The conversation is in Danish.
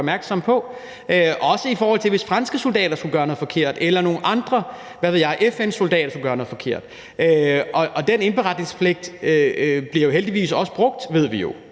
opmærksom på – også i forhold til hvis franske soldater skulle gøre noget forkert eller nogle andre, hvad ved jeg, FN-soldater, skulle gøre noget forkert. Og den indberetningspligt bliver heldigvis også brugt, ved vi jo.